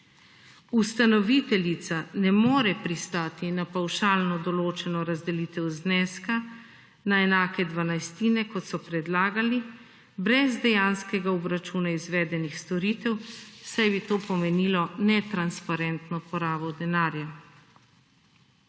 Ustanoviteljica ne more pristati na pavšalno določeno razdelitev zneska na enake dvanajstine kot so predlagali brez dejanskega obračuna izvedenih storitev, saj bi to pomenilo nestransparentno porabo denarja.